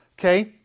Okay